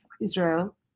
Israel